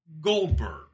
Goldberg